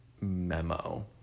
memo